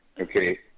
okay